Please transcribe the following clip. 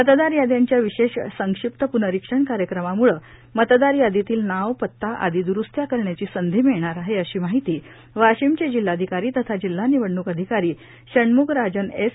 मतदार याद्यांच्या विशेष संक्षिप्त प्नरिक्षण कार्यक्रमाम्ळे मतदार यादीतील नाव पत्ता आदी दुरुस्त्या करण्याची संधी मिळणार आहे अशी माहिती वाशिमचे जिल्हाधिकारी तथा जिल्हा निवडणूक अधिकारी षण्म्गराजन एस